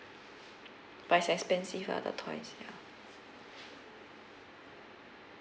but is expensive lah the toys ya